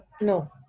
no